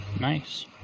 Nice